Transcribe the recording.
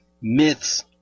myths